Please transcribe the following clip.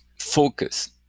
focus